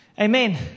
Amen